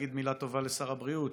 להגיד מילה טובה לשר הבריאות.